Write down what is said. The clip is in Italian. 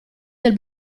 del